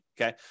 Okay